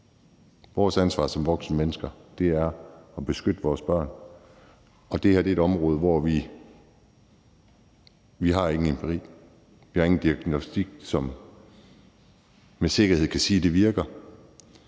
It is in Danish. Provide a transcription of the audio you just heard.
Vores ansvar som voksne mennesker er at beskytte vores børn, og det her er et område, hvor vi ikke har nogen empiri. Vi har ingen diagnostik, som med sikkerhed kan sige, at det virker.